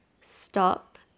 stop